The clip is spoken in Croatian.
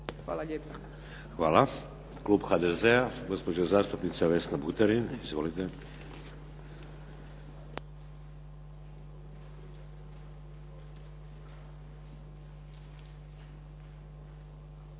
Hvala. Klub HDZ-a, gospođa zastupnica Vesna Buterin. Izvolite.